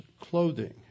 clothing